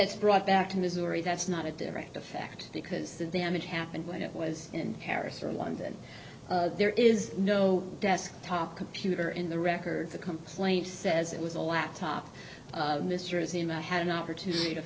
it's brought back to missouri that's not a direct effect because the damage happened when it was in paris or london there is no desktop computer in the records the complaint says it was a laptop mr as he had an opportunity to